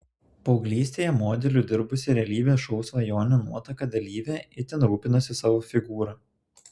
paauglystėje modeliu dirbusi realybės šou svajonių nuotaka dalyvė itin rūpinosi savo figūra